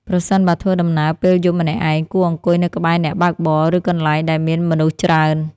ប្រសិនបើធ្វើដំណើរពេលយប់ម្នាក់ឯង គួរអង្គុយនៅក្បែរអ្នកបើកបរ ឬកន្លែងដែលមានមនុស្សច្រើន។